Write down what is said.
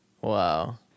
Wow